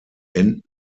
enten